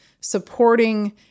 supporting